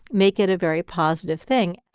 make it a very positive thing